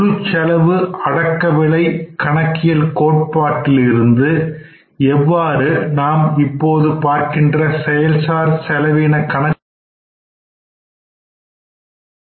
முழுச் செலவு அடக்க விலை கணக்கியல் கோட்பாட்டிலிருந்து எவ்வாறு நாம் இப்பொழுது பார்க்கின்ற செயல் சார் செலவின கணக்கு முறையானது வேறுபடுகின்றது